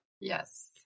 Yes